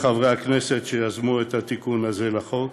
לחברי הכנסת שיזמו את התיקון הזה לחוק,